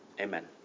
Amen